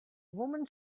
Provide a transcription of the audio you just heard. woman